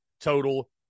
total